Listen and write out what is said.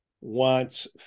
wants